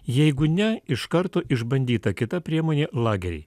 jeigu ne iš karto išbandyta kita priemonė lageriai